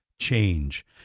change